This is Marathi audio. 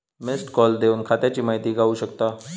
मिस्ड कॉल देवन खात्याची माहिती गावू शकता